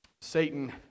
Satan